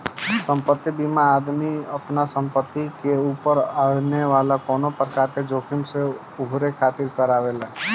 संपत्ति बीमा आदमी आपना संपत्ति के ऊपर आवे वाला कवनो प्रकार के जोखिम से उभरे खातिर करावेला